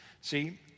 See